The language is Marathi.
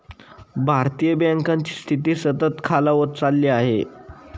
भारतीय बँकांची स्थिती सतत खालावत चालली आहे